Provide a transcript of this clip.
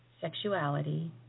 sexuality